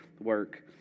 work